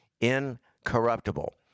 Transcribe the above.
incorruptible